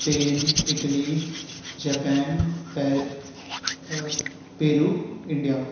Spain Italy Japan पेर Peru India